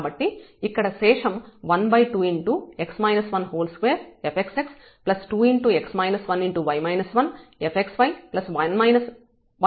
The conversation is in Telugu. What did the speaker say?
కాబట్టి ఇక్కడ శేషం 122fxx2fxy 2fyy అవుతుంది